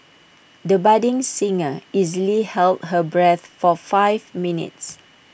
the budding singer easily held her breath for five minutes